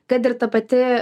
kad ir ta pati